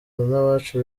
n’abacu